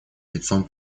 лицом